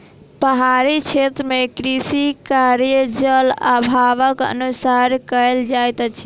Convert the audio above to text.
पहाड़ी क्षेत्र मे कृषि कार्य, जल अभावक अनुसार कयल जाइत अछि